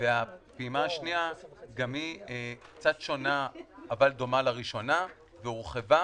והפעימה השנייה גם היא קצת שונה אבל דומה לראשונה והורחבה.